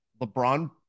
LeBron